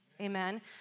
amen